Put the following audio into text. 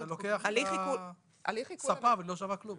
אתה לוקח את הספה והיא לא שווה כלום.